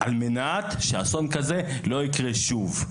מנת שאסון כזה לא יקרה שוב.